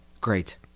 Great